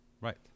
right